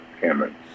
Cameron